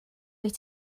wyt